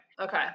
Okay